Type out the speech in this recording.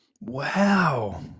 Wow